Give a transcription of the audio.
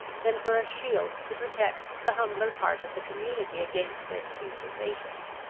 than for a shield to protect the humbler part of the community against their usurpations.